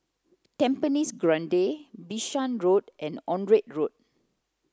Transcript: Tampines Grande Bishan Road and Onraet Road